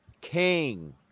king